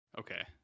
okay